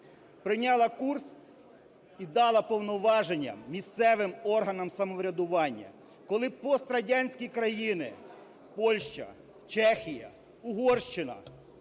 прийняла курс і дала повноваження місцевим органам самоврядування, коли пострадянські країни Польща, Чехія, Угорщина